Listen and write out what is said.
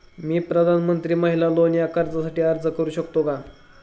मी प्रधानमंत्री महिला लोन या कर्जासाठी अर्ज करू शकतो का?